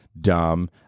dumb